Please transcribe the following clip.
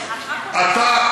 אז לא הייתה,